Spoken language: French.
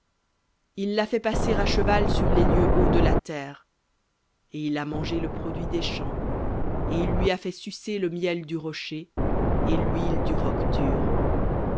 il l'a fait passer à cheval sur les lieux hauts de la terre et il a mangé le produit des champs et il lui a fait sucer le miel du rocher et l'huile du roc dur